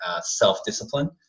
self-discipline